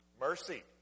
Mercy